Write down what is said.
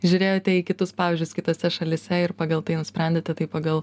žiūrėjote į kitus pavyzdžius kitose šalyse ir pagal tai nusprendėte tai pagal